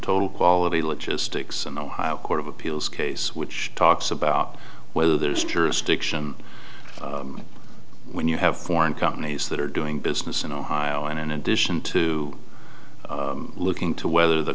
total quality logistics an ohio court of appeals case which talks about whether there's jurisdiction when you have foreign companies that are doing business in ohio and in addition to looking to whether the